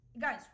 Guys